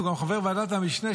שהוא גם חבר ועדת המשנה,